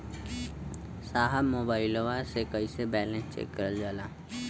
साहब मोबइलवा से कईसे बैलेंस चेक करल जाला?